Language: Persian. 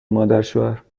مادرشوهرهرکاری